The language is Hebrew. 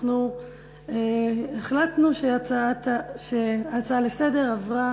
החלטנו שההצעה לסדר-היום עברה